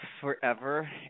Forever